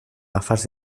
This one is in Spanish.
gafas